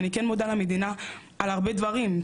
אני כן מודה למדינה על הרבה דברים,